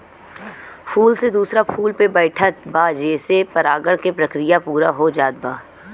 फूल से दूसरा फूल पे बैठत बा जेसे परागण के प्रक्रिया पूरा हो जात बा